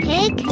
Pig